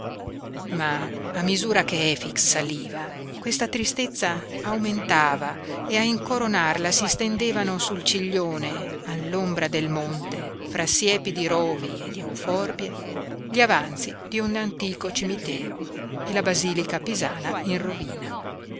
misura che efix saliva questa tristezza aumentava e a incoronarla si stendevano sul ciglione all'ombra del monte fra siepi di rovi e di euforbie gli avanzi di un antico cimitero e la basilica pisana in rovina